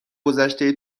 گذشته